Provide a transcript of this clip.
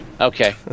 Okay